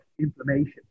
inflammation